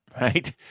right